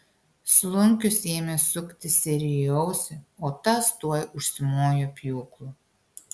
slunkius ėmė sukti sirijui ausį o tas tuoj užsimojo pjūklu